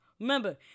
Remember